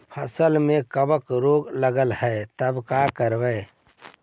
फसल में कबक रोग लगल है तब का करबै